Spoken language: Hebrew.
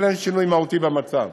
אבל אין שינוי מהותי במצב.